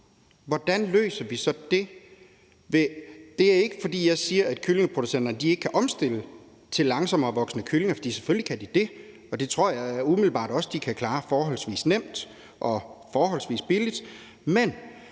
hvordan løser vi det så? Det er ikke, fordi jeg siger, at kyllingeproducenterne ikke kan omstille til langsommere voksende kyllinger, for selvfølgelig kan de det, og det tror jeg umiddelbart også de kan klare forholdsvis nemt og forholdsvis billigt, men